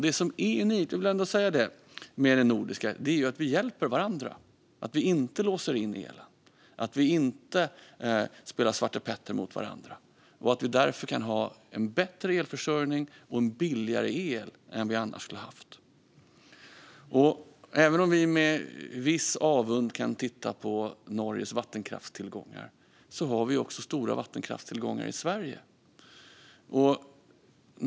Det som är unikt - jag glömde att säga det - med det nordiska är att vi hjälper varandra, att vi inte låser in elen och att vi inte spelar Svarte Petter med varandra. Därför kan vi ha en bättre elförsörjning och en billigare el än vi annars skulle ha haft. Även om vi med viss avund kan titta på Norges vattenkraftstillgångar har vi också stora vattenkraftstillgångar i Sverige.